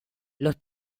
los